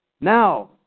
Now